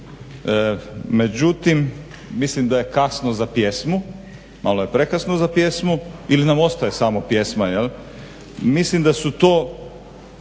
Međutim mislim da je kasno za pjesmu. Malo je prekasno za pjesmu ili nam ostaje samo pjesma. Mislim da su to